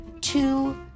Two